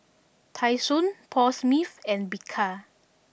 Tai Sun Paul Smith and Bika